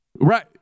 Right